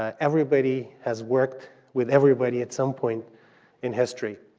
ah everybody has worked with everybody at some point in history,